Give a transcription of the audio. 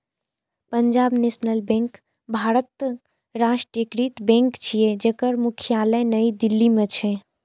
Punjab national bank भारतक राष्ट्रीयकृत bank छियै, जेकर मुख्यालय नई दिल्ली मे छै